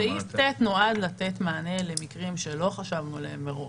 סעיף (ט) נועד לתת מענה למקרים שלא חשבנו עליהם מראש.